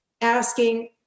asking